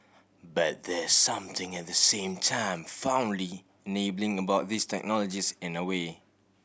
but there's something at the same time fondly enabling about these technologies in a way